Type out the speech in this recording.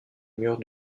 murs